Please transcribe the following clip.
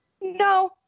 no